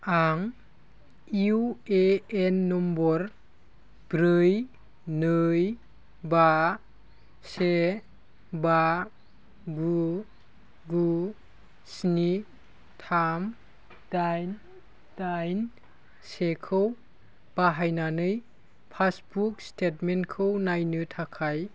आं UAN number ब्रै नै बा से बा गु गु स्नि थाम दाइन दाइन सेखौ बाहायनानै पासबुक स्टेटमेन्टखौ नायनो थाखाय